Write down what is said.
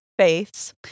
faiths